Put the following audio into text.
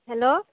hello